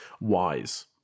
wise